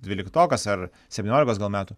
dvyliktokas ar septyniolikos metų